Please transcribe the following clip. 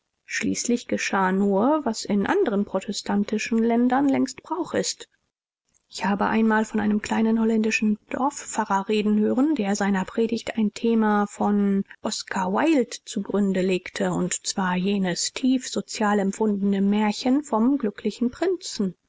schließlich geschah nur was in anderen protestantischen ländern längst brauch ist ich habe einmal von einem kleinen holländischen dorfpfarrer reden hören der seiner predigt ein thema von oscar wilde zu gründe legte und zwar jenes tief sozial empfundene märchen vom glücklichen prinzen